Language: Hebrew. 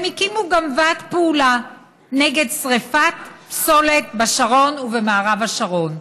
הם הקימו גם ועד פעולה נגד שרפת פסולת בשרון ובמערב השרון.